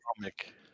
comic